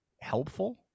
helpful